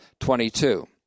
22